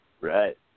Right